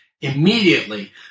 immediately